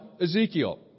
Ezekiel